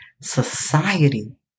society